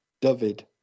David